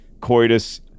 coitus